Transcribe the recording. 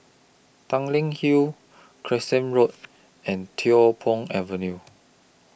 Tanglin Hill Carlisle Road and Tiong Poh Avenue